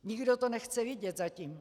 Nikdo to nechce vidět zatím.